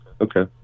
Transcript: okay